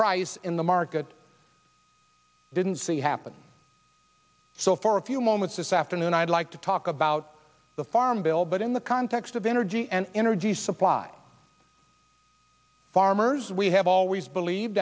price in the market i didn't see it happen so for a few moments this afternoon i'd like to talk about the farm bill but in the context of energy and energy supply farmers we have always believed